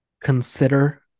consider